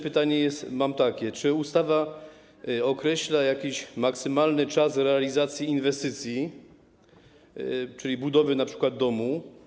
Pytanie mam takie: Czy ustawa określa maksymalny czas realizacji inwestycji, czyli budowy np. domu?